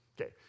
Okay